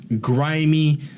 grimy